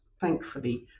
thankfully